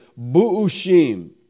bu'ushim